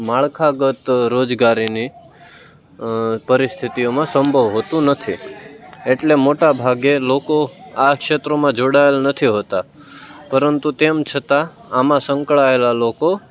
માળખાગત રોજગારીની પરિસ્થિતિઓમાં સંભવ હોતું નથી એટલે મોટા ભાગે લોકો આ ક્ષેત્રોમાં જોડાયેલ નથી હોતા પરંતુ તેમ છતાં આમાં સંકળાયેલા લોકો